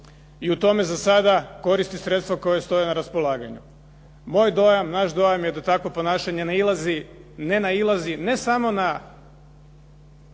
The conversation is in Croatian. i u tome za sada koristi sredstva koja joj stoje na raspolaganju. Moj dojam, naš dojam je da takvo ponašanje nailazi, ne nailazi